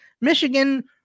Michigan